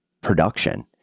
production